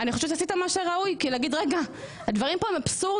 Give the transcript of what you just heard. אני חושבת שעשית מה שהיה ראוי לעשות כי להגיד שהדברים כאן הם אבסורדים.